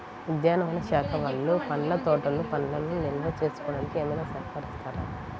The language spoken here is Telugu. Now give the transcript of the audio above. ఉద్యానవన శాఖ వాళ్ళు పండ్ల తోటలు పండ్లను నిల్వ చేసుకోవడానికి ఏమైనా సహకరిస్తారా?